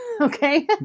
Okay